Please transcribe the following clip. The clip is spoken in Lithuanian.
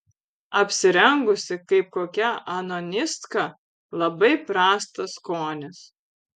apsirengusi kaip kokia anonistka labai prastas skonis